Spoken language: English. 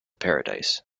paradise